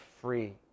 free